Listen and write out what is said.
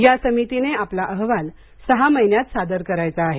या समितीने आपला अहवाल सहा महिन्यात सादर करायचा आहे